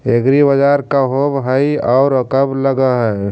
एग्रीबाजार का होब हइ और कब लग है?